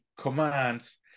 commands